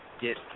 get